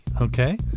okay